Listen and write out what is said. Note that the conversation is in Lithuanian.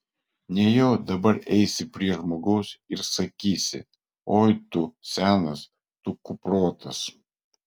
nejau dabar eisi prie žmogaus ir sakysi oi tu senas tu kuprotas